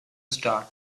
start